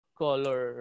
color